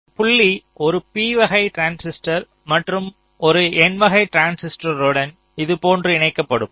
இந்த புள்ளி ஒரு p வகை டிரான்சிஸ்டர் மற்றும் ஒரு n வகை டிரான்சிஸ்டருடன் இது போன்று இணைக்கப்படும்